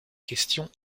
questions